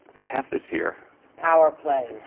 i have this here power plays.